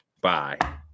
Bye